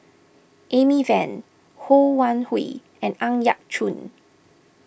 Amy Van Ho Wan Hui and Ang Yau Choon